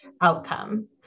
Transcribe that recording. outcomes